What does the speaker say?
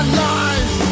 lies